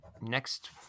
next